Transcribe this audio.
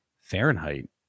Fahrenheit